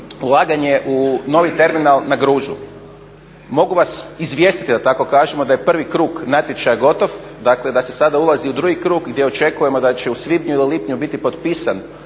ulaganje u novi terminal na Gružu. Mogu vas izvijestiti da tako kažemo da je prvi krug natječaja gotov, dakle da se sada ulazi u drugi krug gdje očekujemo da će u svibnju ili lipnju biti potpisan